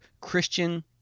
Christian